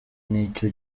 n’icyo